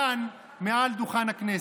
כאן מעל דוכן הכנסת.